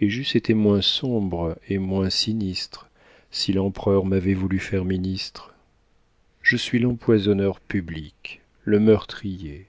et j'eusse été moins sombre et moins sinistre si l'empereur m'avait voulu faire ministre je suis l'empoisonneur public le meurtrier